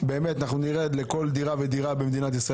באמת נרד לכל דירה ודירה במדינת ישראל,